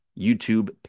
YouTube